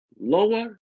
Lower